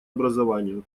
образованию